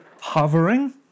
hovering